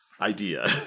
idea